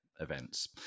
events